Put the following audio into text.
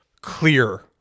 clear